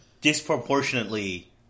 disproportionately